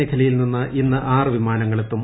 മേഖലയിൽ നിന്ന് ഇന്ന് ആറ് വിമാനങ്ങൾ എത്തും